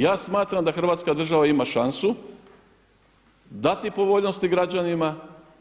Ja smatram da Hrvatska država ima šansu dati povoljnosti građanima